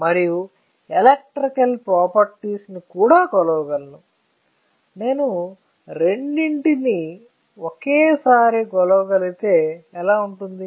మరియు electrical properties ను కూడా కొలవగలను నేను రెండింటినీ ఒకేసారి కొలవ కలిగితే ఎలా ఉంటుంది